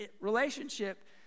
relationship